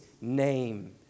name